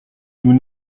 nous